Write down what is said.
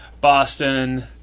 Boston